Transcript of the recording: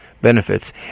benefits